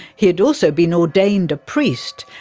he had also been ordained a priest,